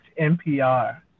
NPR